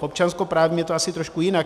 V občanskoprávním je to asi trošku jinak.